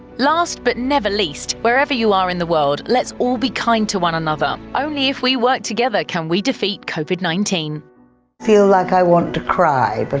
last but never least wherever you are in the world, let's all be kind to one another. only if we work together can we defeat covid nineteen. i feel like i want to cry, but